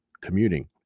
commuting